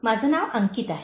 माझे नाव अंकित आहे